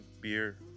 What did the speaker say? beer